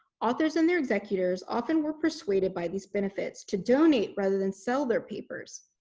authors and their executors often were persuaded by these benefits to donate rather than sell their papers.